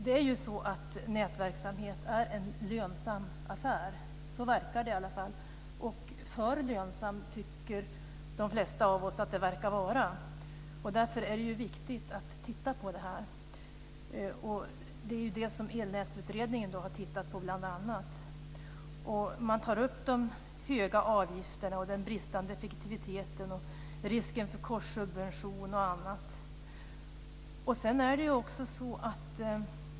Nätverksamhet är en lönsam affär. Så verkar det i alla fall. För lönsam tycker de flesta av oss att det verkar vara. Därför är det ju viktigt att titta på detta. Det är ju det som Elnätsutredningen bl.a. har tittat på. Man tar upp de höga avgifterna, den bristande effektiviteten och risken för korssubventioner och annat.